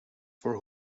for